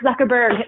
Zuckerberg